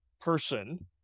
person